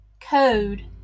code